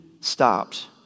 stopped